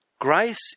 Grace